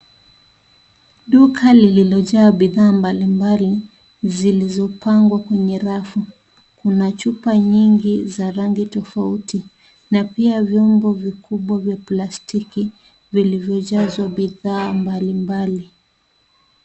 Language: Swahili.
Duka lililo jaa bidhaa mbali mbali, zilizopangwa kwenye rafu, Kuna chupa nyingi za rangi tofauti na pia vyombo vikubwa vya plastiki vilivyo jazwa bidhaa mbali mbali.